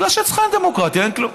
בגלל שאצלך אין דמוקרטיה, אין כלום.